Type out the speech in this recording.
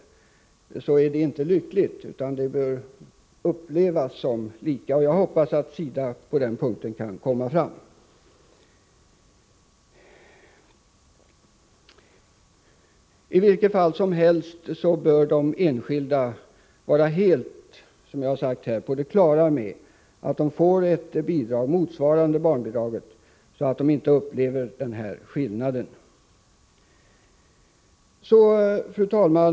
Det vore inte lyckligt, utan bidraget bör upplevas som lika för alla. Jag hoppas att SIDA på den punkten kan komma fram till en lösning. I vilket fall som helst bör de enskilda vara helt på det klara med att de får ett bidrag motsvarande barnbidraget, så att de inte upplever någon skillnad. Fru talman!